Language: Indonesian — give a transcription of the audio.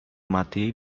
mati